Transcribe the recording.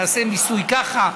נעשה מיסוי ככה: